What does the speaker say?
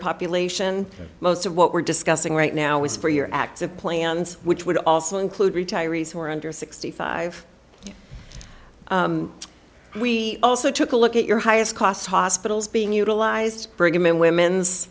population most of what we're discussing right now is for your active plans which would also include retirees who are under sixty five we also took a look at your highest cost hospitals being utilized brigham and women's